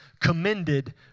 commended